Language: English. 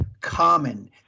common